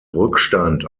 rückstand